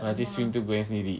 nanti swing tu goyang sendiri